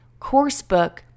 coursebook